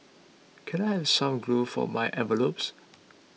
can I have some glue for my envelopes